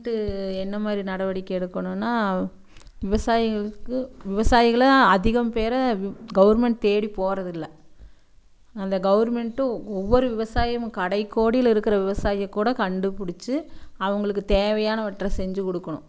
என்ன மாதிரி நடவடிக்கை எடுக்கணும்னா விவசாயிங்களுக்கு விவசாயிகளை அதிகம் பேரை கவுர்மெண்ட்டு தேடி போகிறதில்ல அந்த கவுர்மெண்ட்டும் ஒவ்வொரு விவசாயமும் கடைகோடியில் இருக்கிற விவசாயி கூட கண்டுபிடிச்சி அவங்குளுக்கு தேவையானவற்றை செஞ்சி கொடுக்கோணும்